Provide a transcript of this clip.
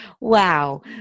wow